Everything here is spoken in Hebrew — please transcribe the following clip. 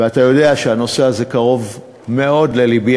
ואתה יודע שהנושא הזה קרוב מאוד ללבי,